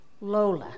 Lola